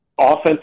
offensive